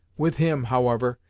with him, however,